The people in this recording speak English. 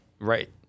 Right